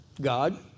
God